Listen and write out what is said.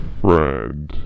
friend